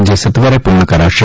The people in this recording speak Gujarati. જે સત્વરે પૂર્ણ કરાશે